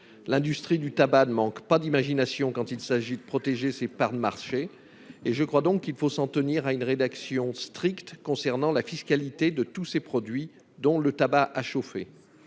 L'industrie du tabac ne manque pas d'imagination lorsqu'il s'agit de protéger ses parts de marché. Je crois qu'il faut s'en tenir à une rédaction stricte concernant la fiscalité de tous ces produits, dont le tabac à chauffer.